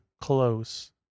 close